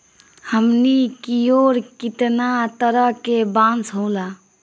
हमनी कियोर कितना तरह के बांस होला